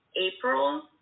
April